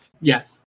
Yes